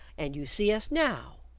and you see us now.